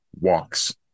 walks